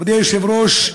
מכובדי היושב-ראש,